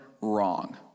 wrong